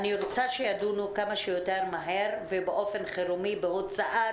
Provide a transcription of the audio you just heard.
אני רוצה שידונו כמה שיותר מהר ובאופן חירום בהוצאת